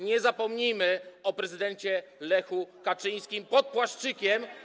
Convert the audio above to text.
Nie zapomnimy o prezydencie Lechu Kaczyńskim pod płaszczykiem.